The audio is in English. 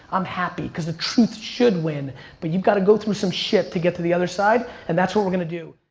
i'm happy because the truth should win but you've got to go through some shit to get to the other side. and that's what we're gonna do.